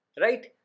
Right